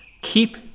Keep